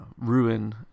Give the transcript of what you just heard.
ruin